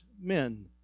men